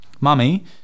Mummy